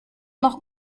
noch